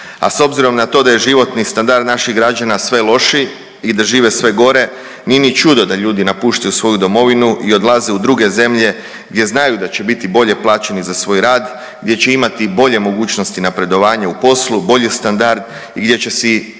A s obzirom na to da je životni standard naših građana sve lošiji i da žive sve gore, nije ni čudo da ljudi napuštaju svoju domovinu i odlaze u druge zemlje gdje znaju da će biti bolje plaćeni za svoj rad, gdje će imati i bolje mogućnosti napredovanja u poslu, bolji standard gdje će si